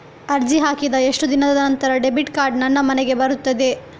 ಅರ್ಜಿ ಹಾಕಿದ ಎಷ್ಟು ದಿನದ ನಂತರ ಡೆಬಿಟ್ ಕಾರ್ಡ್ ನನ್ನ ಮನೆಗೆ ಬರುತ್ತದೆ?